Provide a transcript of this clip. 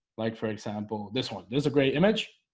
like for example this one there's a great image.